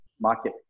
market